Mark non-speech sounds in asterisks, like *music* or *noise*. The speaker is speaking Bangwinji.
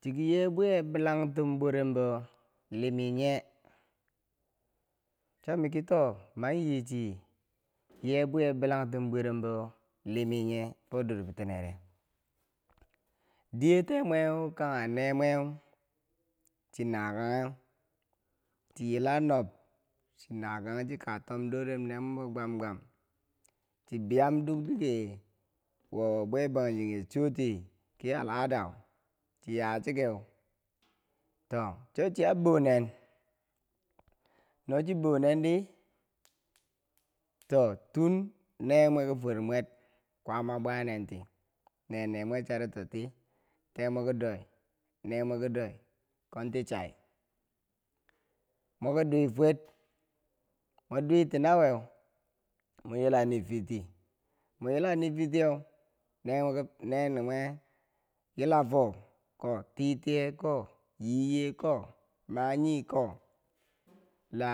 Chiki yebwiye bilangtum bworembo liminye? cho mikito man yichi yebwiye bilangtum bworembo liminye fo dor bitinere, diye tee mwee kanghe ne mwe, chii na kangheu chi yila nob chi kangheu chi katomdorem nee mweem bo gwam gwam chi biyam dukdige wo bwe bangjinghe choti ki al'adau chi yachikeu toh cho chiya bo nen nochiyan bounendi toh tun nemwe ki fwermwer kwaama bwanenti ne nee mwe chari toti teemwe ki doi, nee mwee kidoi konti chai mwi ki dwei fwer mwe dweyetina weu mwi yila nifirti mwi nifirtiyeu *hesitation* nee- nee mwe yilafoko titiye ko yi yie ko maye *noise* ko la